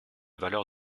valeur